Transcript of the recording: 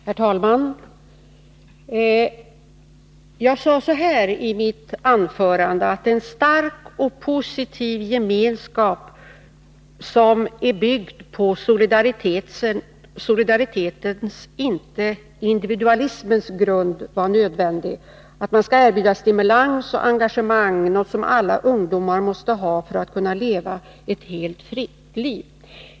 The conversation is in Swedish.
Herr talman! Jag sade i mitt anförande att en stark och positiv gemenskap som är byggd på solidaritetens, inte individualismens, grund var nödvändig och att man skall erbjuda stimulans och engagemang, något som alla ungdomar behöver för att kunna leva ett helt fritt liv.